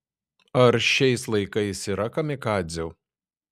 ar šiais laikais yra kamikadzių